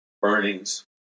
burnings